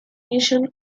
mission